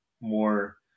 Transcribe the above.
more –